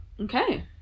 Okay